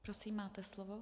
Prosím, máte slovo.